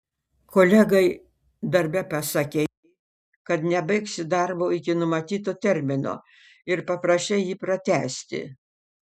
kolegai darbe pasakei kad nebaigsi darbo iki numatyto termino ir paprašei jį pratęsti